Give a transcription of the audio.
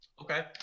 Okay